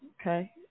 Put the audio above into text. okay